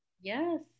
yes